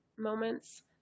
moments